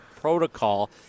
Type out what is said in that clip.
protocol